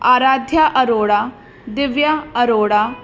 Aaradhya Arora Divya Arora